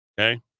Okay